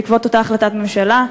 בעקבות אותה החלטת ממשלה.